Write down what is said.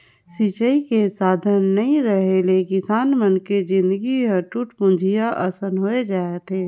सिंचई के साधन नइ रेहे ले किसान मन के जिनगी ह टूटपुंजिहा असन होए जाथे